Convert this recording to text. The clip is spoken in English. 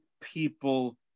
people